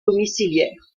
domiciliaires